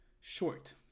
Short